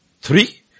Three